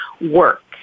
work